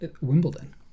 Wimbledon